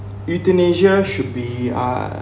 euthanasia should be uh